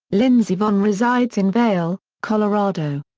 lindsey vonn resides in vail, colorado.